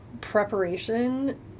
preparation